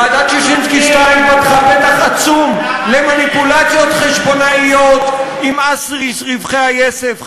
ועדת ששינסקי 2 פתחה פתח עצום למניפולציות חשבונאיות עם מס רווחי היסף.